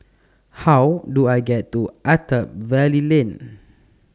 How Do I get to Attap Valley Lane